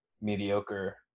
mediocre